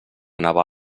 anava